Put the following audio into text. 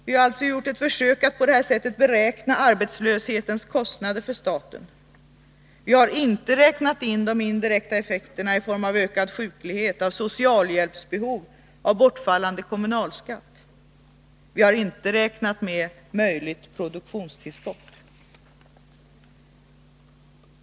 Vi har gjort ett försök att på det här sättet beräkna arbetslöshetens kostnader för staten. Vi har inte räknat med indirekta effekter i form av ökad sjuklighet, socialhjälpsbehov, bortfallande kommunalskatt, och vi har inte alls räknat med möjligt produktionstillskott.